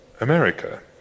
America